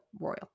royal